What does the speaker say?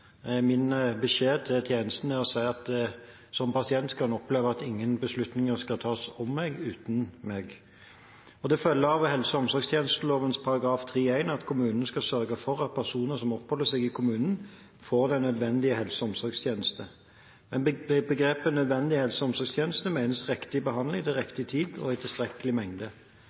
Min beskjed til tjenesten er å si at som pasient skal en oppleve at ingen beslutninger skal tas om meg uten meg. Det følger av helse- og omsorgstjenesteloven § 3-1 at kommunen skal sørge for at personer som oppholder seg i kommunen, får nødvendige helse- og omsorgstjenester. Med begrepet «nødvendige helse- og omsorgstjenester» menes riktig behandling til riktig tid og i tilstrekkelig mengde.